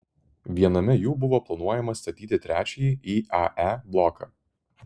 viename jų buvo planuojama statyti trečiąjį iae bloką